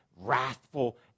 wrathful